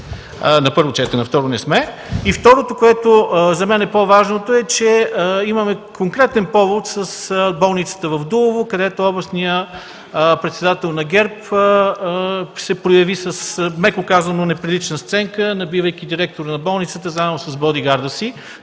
на второ четене – не сме. Второто, което за мен е по-важно, че имаме конкретен повод с болницата в Дулово, където областният председател на ГЕРБ се прояви, меко казано, с неприлична сценка, набивайки директора на болницата заедно с бодигарда си.